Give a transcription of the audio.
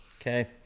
Okay